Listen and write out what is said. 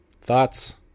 Thoughts